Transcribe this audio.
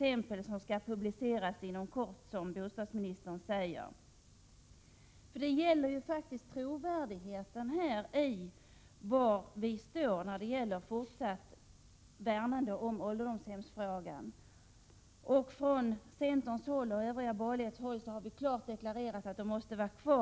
hjälp av de av bostadsstyrelsen sammanställda exemplen på hur ålderdomshem skall byggas, en exempelsamling som enligt bostadsministern skall publiceras inom kort. I detta sammanhang handlar det faktiskt om trovärdigheten i det som vi säger oss stå för när det gäller värnandet om ålderdomshemmen. Från centern och de övriga borgerliga partierna har vi klart deklarerat att ålderdomshemmen måste vara kvar.